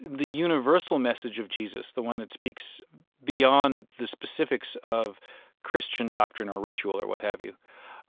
the universal message of jesus, the one that speaks beyond the specifics of christian doctrine or ritual or what have you